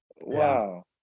Wow